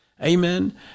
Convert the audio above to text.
Amen